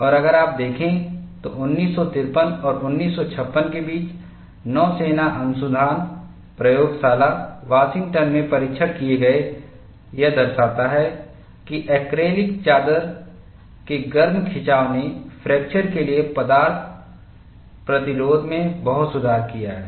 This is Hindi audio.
और अगर आप देखें तो 1953 और 1956 के बीच नौसेना अनुसंधान प्रयोगशाला वाशिंगटन में परीक्षण किए गए यह दर्शाता है कि ऐक्रेलिक चादर के गर्म खिंचाव ने फ्रैक्चर के लिए पदार्थ प्रतिरोध में बहुत सुधार किया है